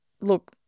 look